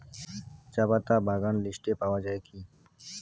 চাপাতা বাগান লিস্টে পাওয়া যায় কি?